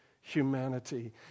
humanity